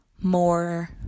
more